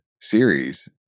series